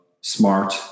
smart